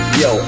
yo